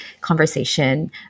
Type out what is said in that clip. conversation